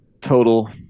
total